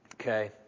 Okay